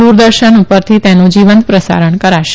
દુરદર્શન પરથી તેનું જીવંત પ્રસારણ કરાશે